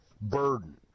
burden